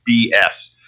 BS